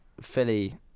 Philly